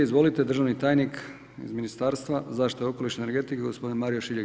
Izvolite državni tajnik iz Ministarstva zaštite okoliša i energetike gospodin Mario Šiljeg.